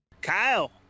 Kyle